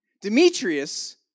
Demetrius